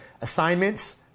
assignments